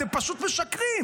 אתם פשוט משקרים.